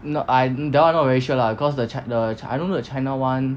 no I that [one] I not very sure lah cause the chi~ the chi~ I don't know the china [one]